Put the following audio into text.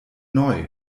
neu